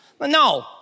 No